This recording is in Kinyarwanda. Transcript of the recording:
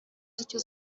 aricyo